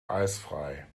eisfrei